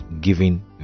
giving